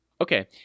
okay